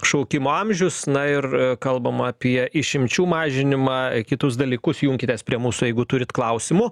šaukimo amžius na ir kalbam apie išimčių mažinimą kitus dalykus junkitės prie mūsų jeigu turit klausimų